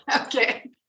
Okay